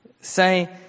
Say